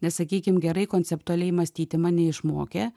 nes sakykim gerai konceptualiai mąstyti mane išmokė